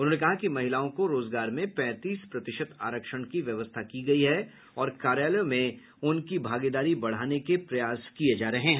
उन्होंने कहा कि महिलाओं को रोजगार में पैंतीस प्रतिशत आरक्षण की व्यवस्था की गयी है और कार्यालयों में उनकी भागीदारी बढ़ाने के प्रयास किये जा रहे हैं